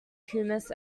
hummus